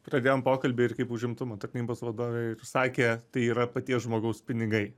pradėjom pokalbį ir kaip užimtumo tarnybos vadovė ir sakė tai yra paties žmogaus pinigai